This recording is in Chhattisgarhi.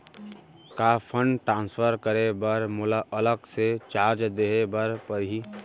का फण्ड ट्रांसफर करे बर मोला अलग से चार्ज देहे बर परही?